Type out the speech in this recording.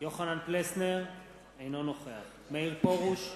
יוחנן פלסנר, אינו נוכח מאיר פרוש,